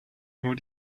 nur